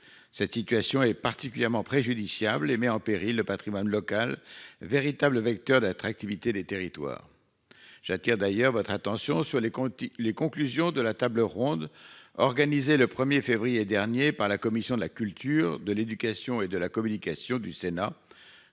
Cette situation est particulièrement préjudiciable et met en péril le Patrimoine local véritable vecteur d'attractivité des territoires. J'attire d'ailleurs votre attention sur les comptes. Les conclusions de la table ronde organisée le 1er février dernier par la Commission de la culture de l'éducation et de la communication du Sénat